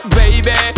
baby